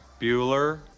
Bueller